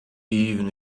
even